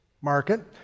Market